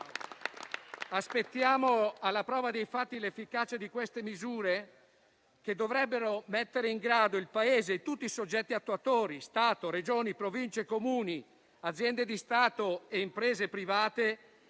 Aspettiamo alla prova dei fatti l'efficacia di queste misure che dovrebbero mettere in grado il Paese e tutti i soggetti attuatori, Stato, Regioni, Province, Comuni, aziende di Stato e imprese private